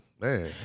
man